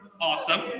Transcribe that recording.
Awesome